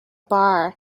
bar